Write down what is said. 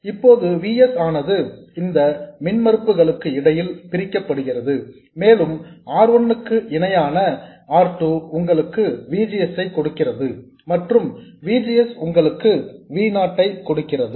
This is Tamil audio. இப்போது V s ஆனது இந்த மின்மறுப்பு களுக்கு இடையில் பிரிக்கப்படுகிறது மேலும் R 1 க்கு இணையான R 2 உங்களுக்கு V G S ஐ கொடுக்கிறது மற்றும் V G S உங்களுக்கு V நாட் ஐ கொடுக்கிறது